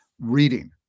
reading